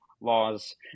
laws